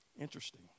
Interesting